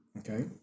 Okay